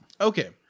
Okay